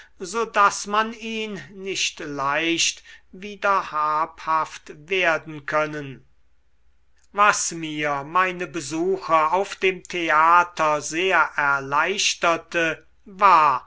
so daß man ihn nicht leicht wieder habhaft werden können was mir meine besuche auf dem theater sehr erleichterte war